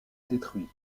détruits